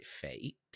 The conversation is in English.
fate